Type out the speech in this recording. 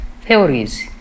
theories